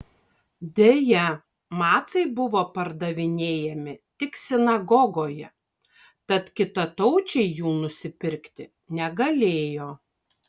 deja macai buvo pardavinėjami tik sinagogoje tad kitataučiai jų nusipirkti negalėjo